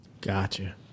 Gotcha